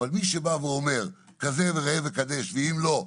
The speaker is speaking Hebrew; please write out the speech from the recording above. אבל מי שבא ואומר כזה ראה וקדש ואם לא,